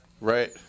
Right